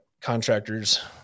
contractors